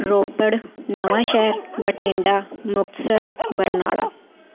Ropar Nawanshahr Bathinda Muktsar Barnala